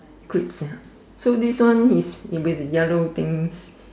crips ya so this one is in be the yellow things